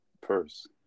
purse